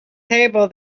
table